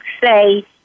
say